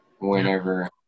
whenever